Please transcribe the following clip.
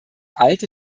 alte